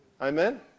Amen